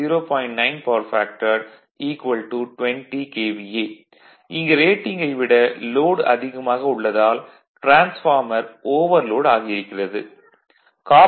9 power factor 20 KVA இங்கு ரேடிங்கை விட லோட் அதிகமாக உள்ளதால் டிரான்ஸ்பார்மர் ஓவர் லோட் ஆகியிருக்கிறது காப்பர் லாஸ் 20152 0